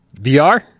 VR